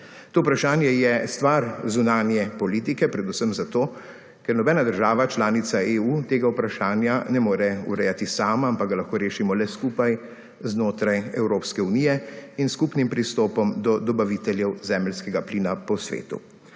To vprašanje je stvar zunanje politike predvsem, zato ker nobena država članica EU tega vprašanja ne more urejati sama, ampak ga lahko rešimo le skupaj znotraj EU in s skupnim pristopom do dobaviteljev zemeljskega plina po svetu.